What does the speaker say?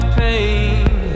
pain